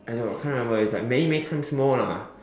I know I can't remember it's like many many times more lah